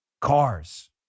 Cars